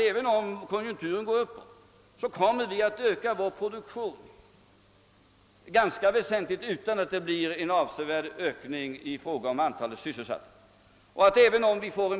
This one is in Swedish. Även om konjunkturen går uppåt, kommer enligt vår bedömning produktionen att ökas ganska väsentligt utan att det blir någon avsevärd ökning av antalet sysselsatta.